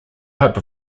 type